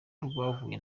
rwahuye